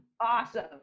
Awesome